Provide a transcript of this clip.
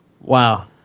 Wow